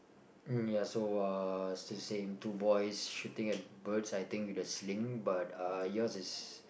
um ya so uh still same two boys shooting at birds I think with a sling but uh yours is